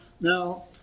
Now